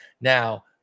Now